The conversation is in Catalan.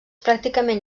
pràcticament